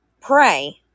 Pray